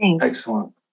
Excellent